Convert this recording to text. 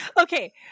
okay